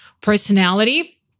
personality